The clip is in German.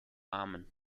amen